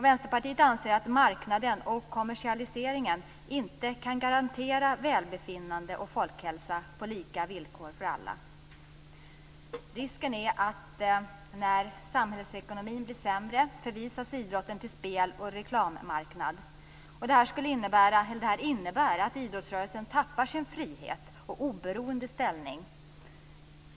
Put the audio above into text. Vänsterpartiet anser att marknaden och kommersialiseringen inte kan garantera välbefinnande och folkhälsa på lika villkor för alla. Risken är att när samhällsekonomin blir sämre förvisas idrotten till spel och reklammarknad. Det här innebär att idrottsrörelsen tappar sin frihet och sin oberoende ställning.